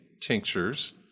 tinctures